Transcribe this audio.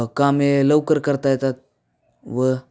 काम हे लवकर करता येतात व